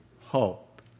hope